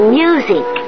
music